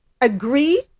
agree